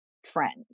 Friend